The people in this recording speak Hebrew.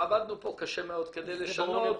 עבדנו פה קשה מאוד כדי לשנות,